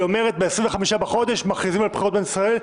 היא אומרת ב-25 בחודש מכריזים על בחירות בישראל.